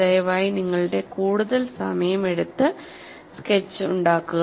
ദയവായി നിങ്ങളുടെ കൂടുതൽ സമയം എടുത്ത് സ്കെച്ച് ഉണ്ടാക്കുക